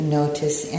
notice